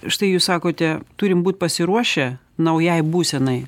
štai jūs sakote turim būt pasiruošę naujai būsenai